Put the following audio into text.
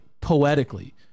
poetically